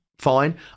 fine